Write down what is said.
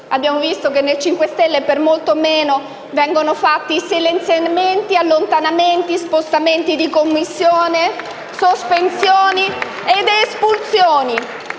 Abbiamo visto che nel Gruppo M5S per molto meno vengono fatti allontanamenti, spostamenti di Commissione, sospensioni ed espulsioni.